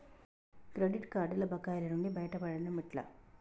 Credit కార్డుల బకాయిల నుండి బయటపడటం ఎట్లా?